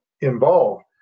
involved